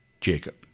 Jacob